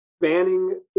banning